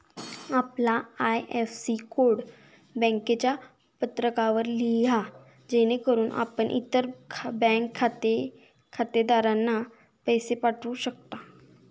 आपला IFSC code बँकेच्या पत्रकावर लिहा जेणेकरून आपण इतर बँक खातेधारकांना पैसे पाठवू शकाल